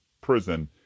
prison